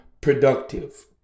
productive